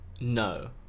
No